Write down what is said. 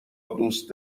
دوست